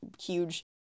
huge